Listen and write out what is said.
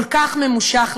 כל כך ממושך,